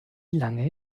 lange